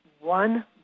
one